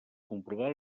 comprovar